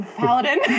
paladin